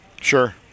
Sure